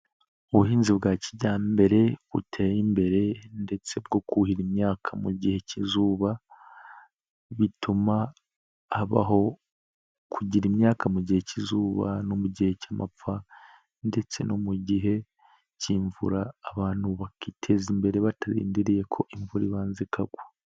Ubuhinzi bwa kijyambere buteye imbere ndetse bwo kuhira imyaka mu gihe k'izuba, bituma habaho kugira imyaka mu gihe k'izuba no mu gihe cy'amapfa, ndetse no mu gihe k'imvura, abantu bakiteza imbere batarindiriye ko imvura ibanza ikagwa.